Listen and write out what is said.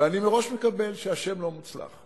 ואני מראש מקבל שהשם לא מוצלח.